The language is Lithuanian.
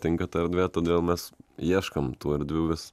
tinka ta erdvė todėl mes ieškom tų erdvių vis